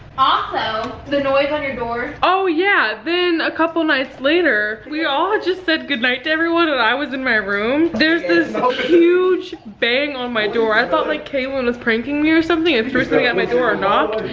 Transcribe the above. ah also, the noise on your door. oh yeah. then a couple nights later, we all just said good night to everyone and i was in my room. there's this huge bang on my door. i thought like caylan was pranking me or something and through something at my door or knocked,